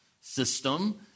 system